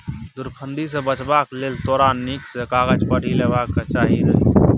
धुरफंदी सँ बचबाक लेल तोरा नीक सँ कागज पढ़ि लेबाक चाही रहय